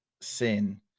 sin